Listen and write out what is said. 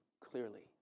clearly